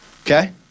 Okay